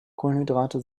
kohlenhydrate